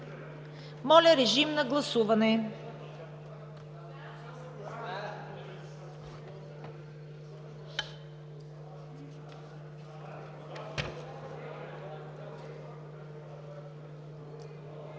Моля, режим на гласуване.